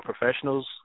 professionals